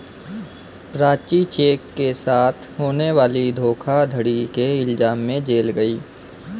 Prachi cheque के साथ होने वाली धोखाधड़ी के इल्जाम में जेल गई